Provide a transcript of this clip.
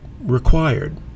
required